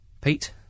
Pete